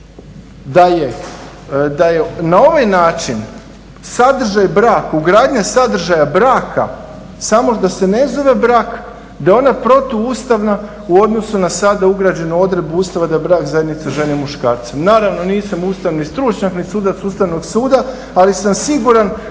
da je na ovaj način sadržaj brak, ugradnja sadržaja braka samo da se ne zove brak i da je ona protuustavna u odnosu na sada ugrađenu odredbu Ustava da je brak zajednica žene i muškarca. Naravno, nisam ustavni stručnjak ni sudac Ustavnog suda ali sam siguran da će doći